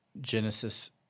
Genesis